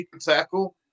tackle